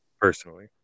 personally